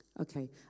Okay